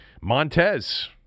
Montez